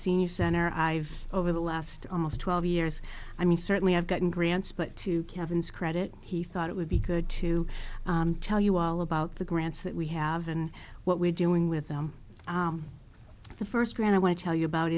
senior center i've over the last almost twelve years i mean certainly have gotten grants but to kevin's credit he thought it would be good to tell you all about the grants that we have and what we're doing with the first grant i want to tell you about